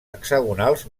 hexagonals